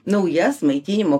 naujas maitinimo